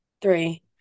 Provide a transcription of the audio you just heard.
Three